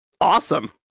Awesome